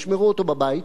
ישמרו אותו בבית.